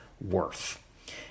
worth